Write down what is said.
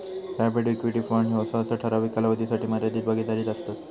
private equity fund ह्ये सहसा ठराविक कालावधीसाठी मर्यादित भागीदारीत असतत